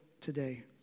today